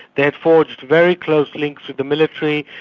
they'd forged very close links with the military.